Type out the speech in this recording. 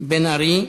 בן ארי.